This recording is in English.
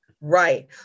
Right